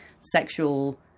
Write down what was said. sexual